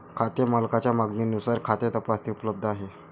खाते मालकाच्या मागणीनुसार खाते तपासणी उपलब्ध आहे